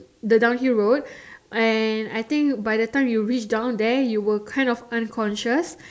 the downhill road and I think by the time you reach down there you were kind of unconscious